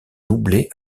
doublé